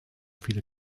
viele